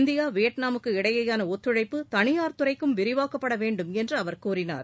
India வியட்நாமுக்கு இடையேயான ஒத்துழைப்பு தளியார் துறைக்கும் விரிவாக்கப்பட வேண்டும் என்று அவர் கூறினார்